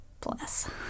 Bless